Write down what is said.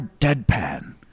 deadpan